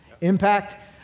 impact